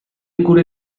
ikur